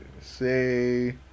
Say